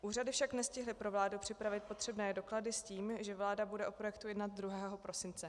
Úřady však nestihly pro vládu připravit potřebné doklady s tím, že vláda bude o projektu jednat 2. prosince.